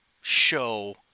show